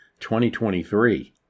2023